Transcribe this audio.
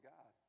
God